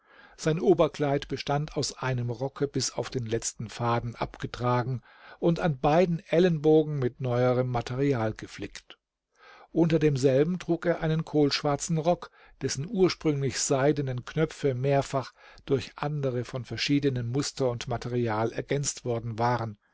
sein oberkleid bestand aus einem rocke bis auf den letzten faden abgetragen und an beiden ellenbogen mit neuerem material geflickt unter demselben trug er einen kohlschwarzen rock dessen ursprünglich seidenen knöpfe mehrfach durch andere von verschiedenem muster und material ergänzt worden waren